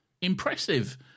impressive